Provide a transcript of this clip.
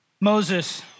Moses